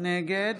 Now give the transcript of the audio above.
נגד